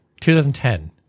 2010